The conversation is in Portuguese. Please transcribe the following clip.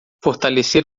fortalecer